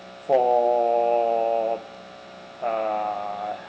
for uh